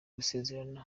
gusezerana